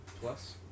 plus